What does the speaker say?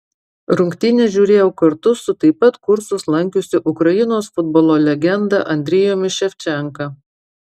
rungtynes žiūrėjau kartu su taip pat kursus lankiusiu ukrainos futbolo legenda andrijumi ševčenka